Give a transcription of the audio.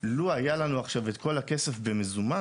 לו היה לנו עכשיו את כל הכסף במזומן,